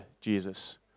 Jesus